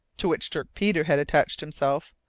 to which dirk peters had attached himself,